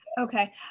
Okay